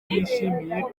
yishimiye